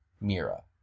mira